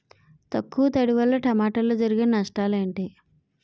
తక్కువ తడి వల్ల టమోటాలో జరిగే నష్టాలేంటి?